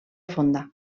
fonda